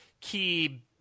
key